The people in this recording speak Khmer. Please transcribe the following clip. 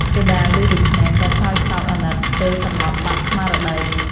សីតាឮដូច្នេះ ក៏សោយសោកអាណិតស្ទើរសន្លប់បាត់ស្មារតី។